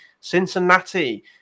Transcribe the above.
Cincinnati